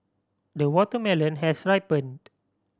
the watermelon has ripened